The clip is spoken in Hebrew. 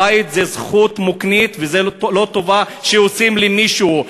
בית הוא זכות מוקנית, לא טובה שעושים למישהו.